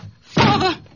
Father